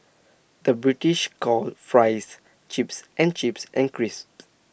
the British calls Fries Chips and chips and crisps